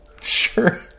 Sure